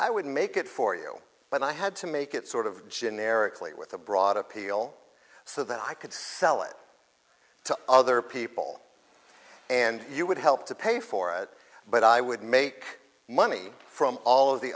i would make it for you but i had to make it sort of generically with a broad appeal so that i could sell it to other people and you would help to pay for it but i would make money from all of the